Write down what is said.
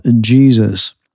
Jesus